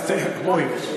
אז בואי,